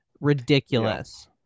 Ridiculous